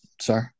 Sorry